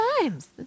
times